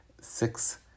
six